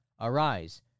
Arise